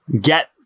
get